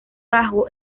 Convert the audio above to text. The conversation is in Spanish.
bajo